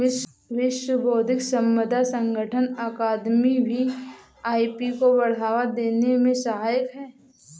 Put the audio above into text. विश्व बौद्धिक संपदा संगठन अकादमी भी आई.पी को बढ़ावा देने में सहायक है